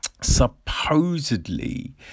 supposedly